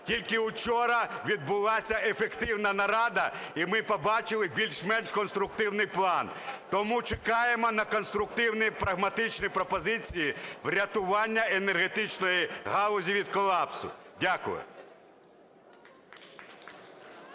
Тільки учора відбулася ефективна нарада і ми побачили більш-менш конструктивний план. Тому чекаємо на конструктивні, прагматичні пропозиції врятування енергетичної галузі від колапсу. Дякую.